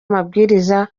amabwiriza